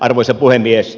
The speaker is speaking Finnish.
arvoisa puhemies